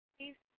Please